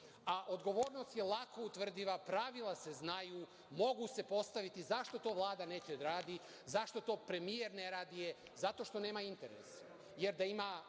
a odgovornost je lako utvrdiva, pravila se znaju, mogu se postaviti. Zašto to Vlada neće da radi? Zašto to premijer ne radi? Zato što nema interes,